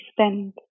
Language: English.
spend